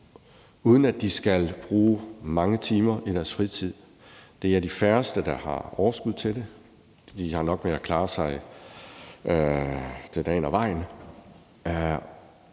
uden at de skal bruge mange timer i deres fritid. Det er de færreste, der har overskud til det; de har nok at gøre med at klare dagen og vejen.